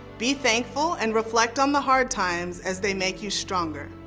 be thankful and reflect on the hard times as they make you stronger.